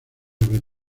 haber